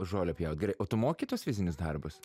žolę pjaut gerai o tu moki tuos fizinius darbus